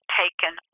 taken